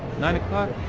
nine o'clock?